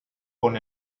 con